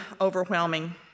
overwhelming